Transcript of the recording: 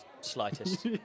slightest